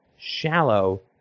shallow